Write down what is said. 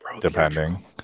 depending